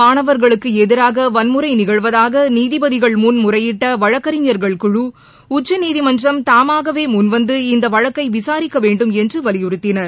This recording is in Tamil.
மாணவர்களுக்கு எதிராக வன்முறை நிகழ்வதாக நீதிபதிகள் முன் முறையிட்ட வழக்கறிஞர்கள் குழு உச்சநீதிமன்றம் தாமாகவே முன்வந்து இந்த வழக்கை விசாரிக்கவேண்டும் என்று வலியுறுத்தினர்